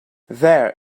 there